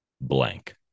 blank